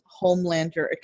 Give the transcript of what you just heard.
Homelander